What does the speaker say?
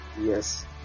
yes